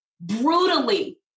brutally